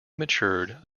matured